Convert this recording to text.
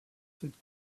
cette